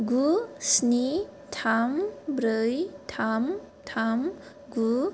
गु स्नि थाम ब्रै थाम थाम गु